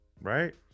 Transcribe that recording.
right